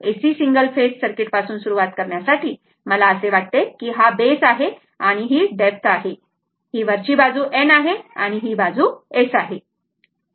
तर AC single phase circuit पासून सुरुवात करण्यासाठी मला असे वाटते की हा बेस आहे आणि डेप्थ आहे ही वरची बाजू N आहे आणि ही बाजू S आहे बरोबर